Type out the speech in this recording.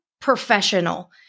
professional